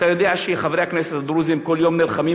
אתה יודע שחברי הכנסת הדרוזים כל יום נלחמים